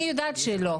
אני יודעת שלא.